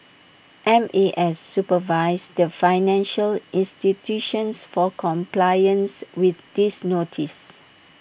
M A S supervises the financial institutions for compliance with these notices